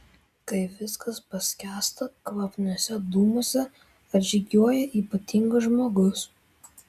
kai viskas paskęsta kvapniuose dūmuose atžygiuoja ypatingas žmogus